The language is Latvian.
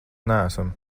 neesam